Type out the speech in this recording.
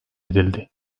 edildi